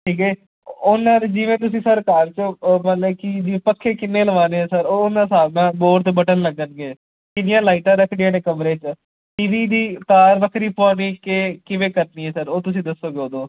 ਠੀਕ ਹੈ ਉਹਨਾਂ ਦੇ ਜਿਵੇਂ ਤੁਸੀਂ ਸਰ ਤਾਰ 'ਚੋਂ ਉਹ ਮਤਲਬ ਕਿ ਜੇ ਵੀ ਪੱਖੇ ਕਿੰਨੇ ਲਵਾਉਣੇ ਹੈ ਸਰ ਉਹ ਮੈਂ ਹਿਸਾਬ ਨਾਲ ਬੋਡ ਬਟਨ ਲੱਗਣਗੇ ਕਿੰਨੀਆਂ ਲਾਈਟਾਂ ਰੱਖਣੀਆਂ ਨੇ ਕਮਰੇ 'ਚ ਟੀ ਵੀ ਦੀ ਤਾਰ ਵੱਖਰੀ ਪਵਾਉਣੀ ਹੈ ਕਿ ਕਿਵੇਂ ਕਰਨੀ ਹੈ ਸਰ ਉਹ ਤੁਸੀਂ ਦੱਸੋਗੇ ਉਦੋਂ